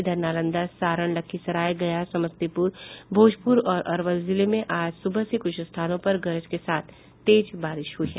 इधर नालंदा सारण लखीसराय गया समस्तीपुर भोजपुर और अरवल जिले में आज सुबह से कुछ स्थानों पर गरज के साथ तेज बारिश हुई है